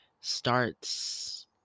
starts